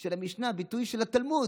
של המשנה, ביטוי של התלמוד.